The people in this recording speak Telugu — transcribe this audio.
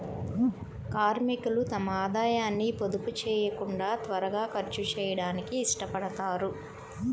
కార్మికులు తమ ఆదాయాన్ని పొదుపు చేయకుండా త్వరగా ఖర్చు చేయడానికి ఇష్టపడతారు